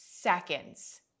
seconds